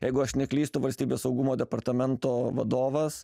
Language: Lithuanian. jeigu aš neklystu valstybės saugumo departamento vadovas